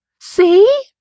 See